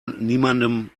niemandem